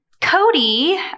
Cody